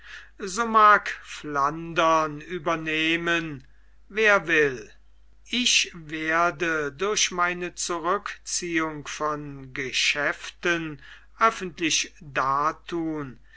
so mag flandern übernehmen wer will ich werde durch meine zurückziehung von geschäften öffentlich darthun